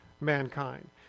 mankind